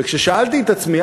וכששאלתי את עצמי,